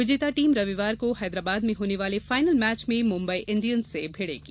विजेता टीम रविवार को हैदराबाद में होने वाले फाइनल मैच में मुम्बई इंडियंस से भिड़ेगी